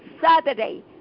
Saturday